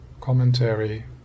commentary